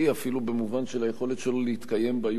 אפילו במובן של היכולת שלו להתקיים ביום-יום.